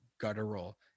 guttural